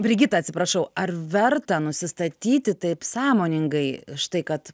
brigita atsiprašau ar verta nusistatyti taip sąmoningai štai kad